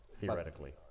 theoretically